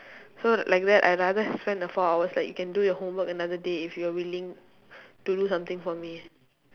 so like that I rather spend the four hours like you can do your homework another day if you're willing to do something for me